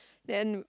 then